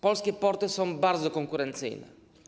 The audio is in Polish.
Polskie porty są bardzo konkurencyjne.